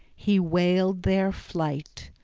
he wailed their flight.